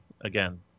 again